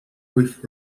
with